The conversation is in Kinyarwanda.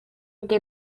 bwe